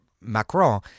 Macron